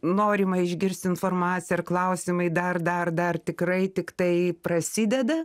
norima išgirst informaciją ir klausimai dar dar dar tikrai tiktai prasideda